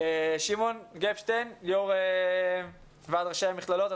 שמעון גפשטיין, יו"ר ועד ראשי המכללות,